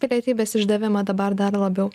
pilietybės išdavimą dabar dar labiau